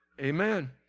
Amen